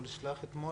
אני אנסה לעשות את זה